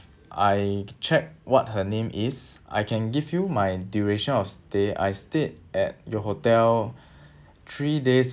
I check what her name is I can give you my duration of stay I stayed at your hotel three days